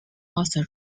also